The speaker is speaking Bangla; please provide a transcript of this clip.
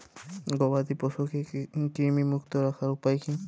গবাদি পশুকে কৃমিমুক্ত রাখার উপায় কী?